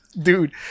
dude